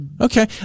Okay